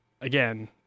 again